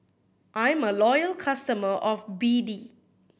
I'm a loyal customer of B D